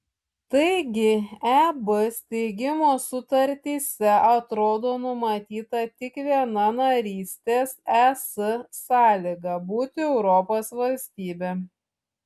taigi eb steigimo sutartyse atrodo numatyta tik viena narystės es sąlyga būti europos valstybe